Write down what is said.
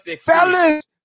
fellas